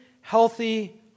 healthy